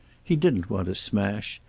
he didn't want a smash,